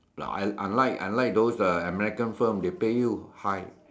like unlike unlike those uh American film they pay you high